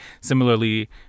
similarly